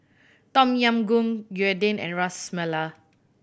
Tom Yam Goong Gyudon and Ras Malai